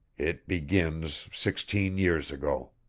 it begins sixteen years ago.